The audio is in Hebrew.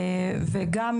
בנוסף,